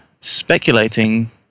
speculating